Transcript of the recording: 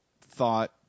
thought